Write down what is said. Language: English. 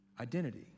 identity